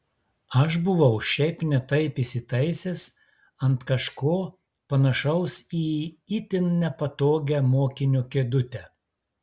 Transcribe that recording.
aš buvau šiaip ne taip įsitaisęs ant kažko panašaus į itin nepatogią mokinio kėdutę